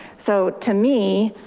so to me,